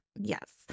Yes